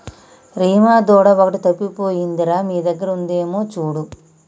రీమా దూడ ఒకటి తప్పిపోయింది రా మీ దగ్గర ఉందేమో చూడు